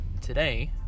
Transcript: today